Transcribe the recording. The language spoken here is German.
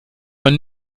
man